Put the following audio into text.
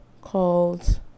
called